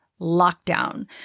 Lockdown